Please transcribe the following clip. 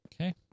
Okay